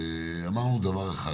אמרנו דבר אחד